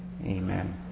Amen